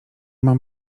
mam